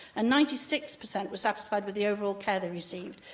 and ninety six cent were satisfied with the overall care they received.